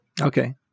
Okay